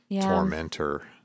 tormentor